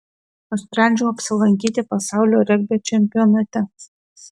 nusprendžiau apsilankyti pasaulio regbio čempionate